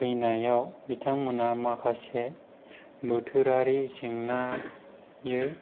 फैनायाव बिथांमोना माखासे बोथोरारि जेंनायै